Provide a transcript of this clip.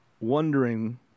wondering